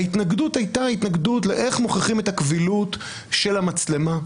ההתנגדות הייתה התנגדות לאיך מוכיחים את הקבילות של המצלמה,